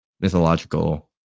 mythological